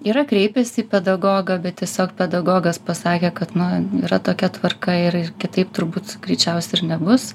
yra kreipęsi į pedagogą bet tiesiog pedagogas pasakė kad nu yra tokia tvarka ir ir kitaip turbūt greičiausia ir nebus